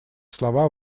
слова